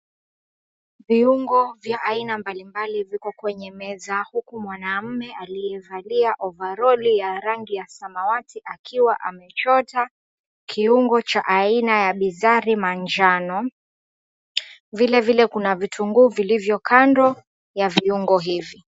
Viungo vya aina mbali mbali viko kwenye meza huku mwanaume aliyevalia ovaroli ya rangi ya samawati akiwa amechota kiungo aina ya bizari ya manjano vile vile kuna vitungu viko kando ya viungo hivi.